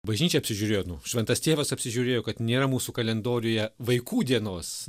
bažnyčia apsižiūrėjo nu šventas tėvas apsižiūrėjo kad nėra mūsų kalendoriuje vaikų dienos